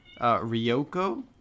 Ryoko